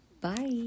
Bye